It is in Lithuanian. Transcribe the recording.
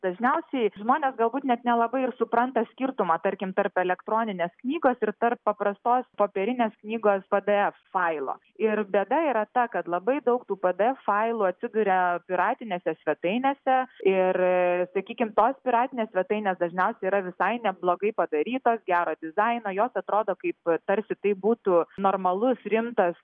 dažniausiai žmonės galbūt net nelabai ir supranta skirtumą tarkim per elektroninės knygos ir tarp paprastos popierinės knygos pė dė ef failo ir bėda yra ta kad labai daug tų pė dė ef failų atsiduria piratinėse svetainėse ir sakykim tos piratinės svetainės dažniausiai yra visai neblogai padarytos gero dizaino jos atrodo kaip tarsi tai būtų normalus rimtas